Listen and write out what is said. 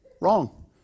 Wrong